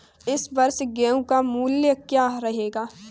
इस वर्ष गेहूँ का मूल्य क्या रहेगा?